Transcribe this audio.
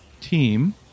team